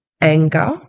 anger